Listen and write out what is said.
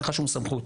אין לך שום סמכות,